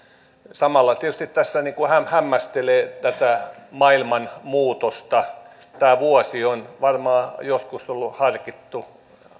samalla tässä tietysti hämmästelee tätä maailman muutosta tämä vuosi on varmaan joskus ollut harkittu